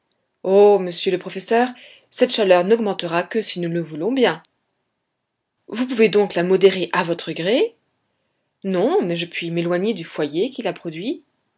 oh monsieur le professeur cette chaleur n'augmentera que si nous le voulons bien vous pouvez donc la modérer à votre gré non mais je puis m'éloigner du foyer qui la produit